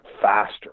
faster